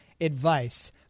advice